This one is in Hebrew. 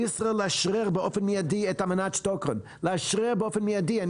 על ישראל לאשרר באופן מיידי את אמנת שטוקהולם עליה חתמנו ב-2001.